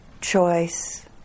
choice